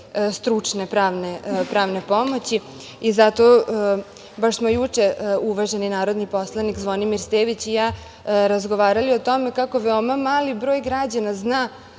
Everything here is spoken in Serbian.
stručne pravne pomoći. Baš smo juče uvaženi narodni poslanik Zvonimir Stević i ja razgovarali o tome kako veoma mali broj građana zna